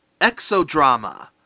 Exodrama